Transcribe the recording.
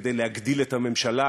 כדי להגדיל את הממשלה,